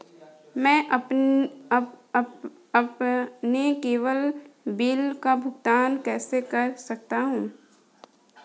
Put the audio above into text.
मैं अपने केवल बिल का भुगतान कैसे कर सकता हूँ?